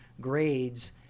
grades